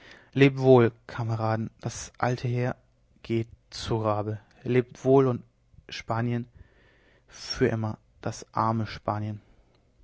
lebt wohl kameraden das alte heer geht zu grabe lebt wohl und spanien für immer das arme spanien